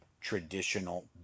traditional